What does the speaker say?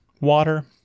water